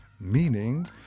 meaning